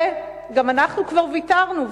וגם אנחנו כבר ויתרנו,